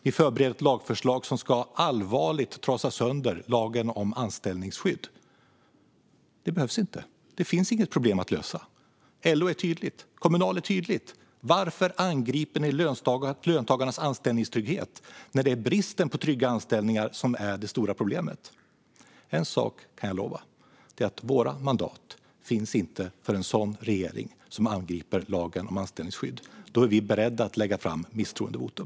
Ni förbereder ett lagförslag som allvarligt ska trasa sönder lagen om anställningsskydd. Det behövs inte. Det finns inget problem att lösa. LO är tydligt. Kommunal är tydligt. Varför angriper ni löntagarnas anställningstrygghet, när det är bristen på trygga anställningar som är det stora problemet? En sak kan jag lova: Våra mandat finns inte för en regering som angriper lagen om anställningsskydd. Då är vi beredda att begära misstroendevotum.